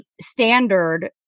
standard